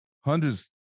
hundreds